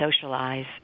socialize